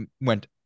went